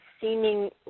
seeming